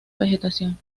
vegetación